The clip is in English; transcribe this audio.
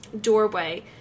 doorway